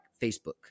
Facebook